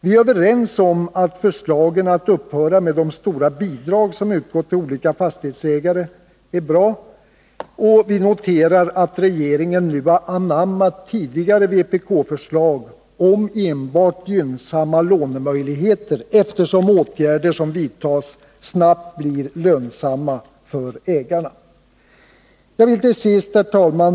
Vi är överens om att förslagen att upphöra med de stora bidrag som utgår till olika fastighetsägare är bra och noterar att regeringen nu anammat tidigare vpk-förslag om enbart gynnsamma lånemöjligheter, eftersom åtgärder som vidtas, snabbt blir lönsamma för ägarna.